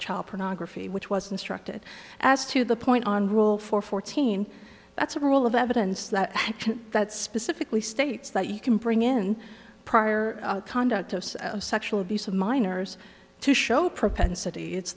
child pornography which was instructed as to the point on rule four fourteen that's a rule of evidence that that specifically states that you can bring in prior conduct of sexual abuse of minors to show propensity it's